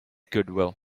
goodwill